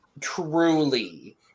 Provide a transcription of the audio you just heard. truly